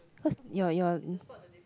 cause you're you're